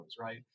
right